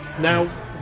Now